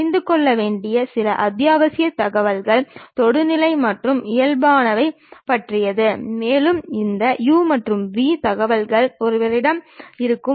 நாம் மற்றொரு துணை தளத்தை வரைய முடியும் அது கிடைமட்ட தளத்திற்கு செங்குத்தாகவும் செங்குத்து தளத்திற்கு சற்று சாய்ந்தும் இருக்கும்